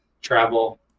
travel